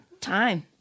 time